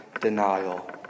denial